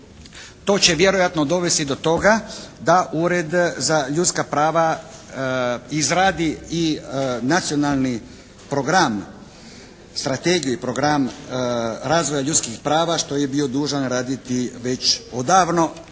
To će vjerojatno dovesti do toga da Ured za ljudska prava izradi i Nacionalni program, Strategiju i program ljudskih prava što je bio dužan raditi već odavno,